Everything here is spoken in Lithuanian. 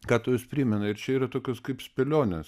ką tau jis primena ir čia yra tokios kaip spėlionės